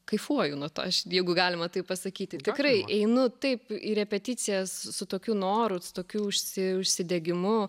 kaifuoju nuo to aš jeigu galima taip pasakyti tikrai einu taip į repeticijas su tokiu noru su tokiu užsi užsidegimu